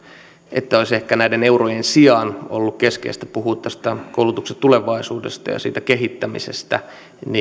sanonut olisi ehkä näiden eurojen sijaan ollut keskeistä puhua tästä koulutuksen tulevaisuudesta ja siitä kehittämisestä